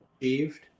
achieved